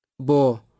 Bo